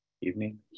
evening